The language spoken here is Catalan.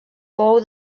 pou